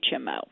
HMO